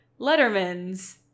Letterman's